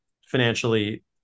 financially